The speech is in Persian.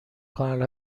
کانال